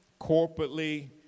corporately